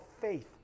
faith